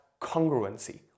congruency